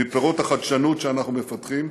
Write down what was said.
מפירות החדשנות שאנחנו מפתחים,